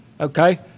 Okay